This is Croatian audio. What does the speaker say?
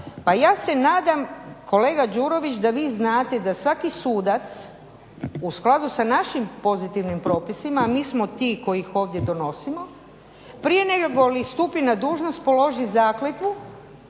pa ja se nadam kolega Đurović da vi znate da svaki sudac u skladu sa našim pozitivnim propisima, mi smo ti koji ih ovdje donosimo prije nego li stupi na dužnost položi zakletvu